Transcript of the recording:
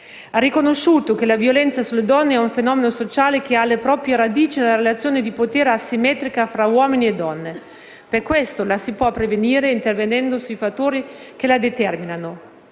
ha riconosciuto che la violenza sulle donne è un fenomeno sociale che ha le proprie radici nella relazione di potere asimmetrica tra uomini e donne, quindi la si può prevenire intervenendo sui fattori che la determinano.